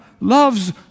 loves